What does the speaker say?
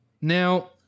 Now